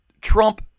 Trump